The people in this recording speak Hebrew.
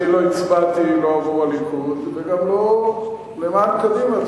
אני לא הצבעתי, לא עבור הליכוד וגם לא למען קדימה.